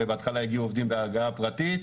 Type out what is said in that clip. הרי בהתחלה הגיעו עובדים בהגעה פרטית.